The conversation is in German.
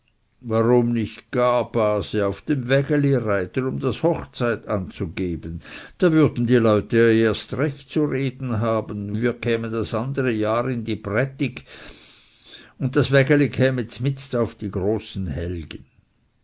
warum nicht gar base auf dem wägeli reiten um das hochzeit anzugeben da würden die leute ja erst recht zu reden haben und wir kämen das andere jahr in die brattig und das wägeli käme zmitts auf die große helge